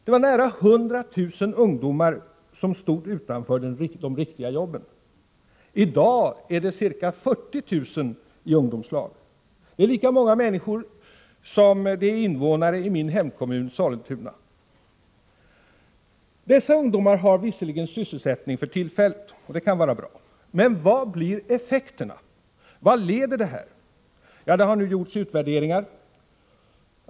Nära 100 000 ungdomar stod alltså utanför de riktiga jobben. I dag har vi ca 40 000 i ungdomslag, lika många människor som det finns invånare i min hemkommun Sollentuna. Dessa ungdomar har visserligen sysselsättning för tillfället, och det kan vara bra. Men vad blir effekterna? Vart leder detta? Det har nu gjorts utvärderingar.